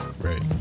right